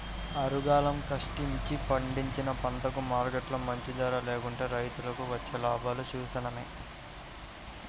ఆరుగాలం కష్టించి పండించిన పంటకు మార్కెట్లో మంచి ధర లేకుంటే రైతులకు వచ్చే లాభాలు శూన్యమే